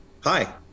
Hi